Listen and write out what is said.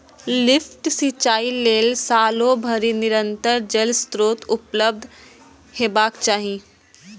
lift सिंचाइ लेल सालो भरि निरंतर जल स्रोत उपलब्ध हेबाक चाही